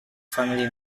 family